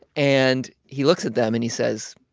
and he looks at them and he says,